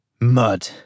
Mud